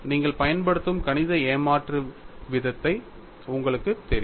நீங்கள் பயன்படுத்தும் கணித ஏமாற்று வித்தை உங்களுக்குத் தெரியும்